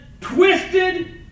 twisted